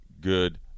good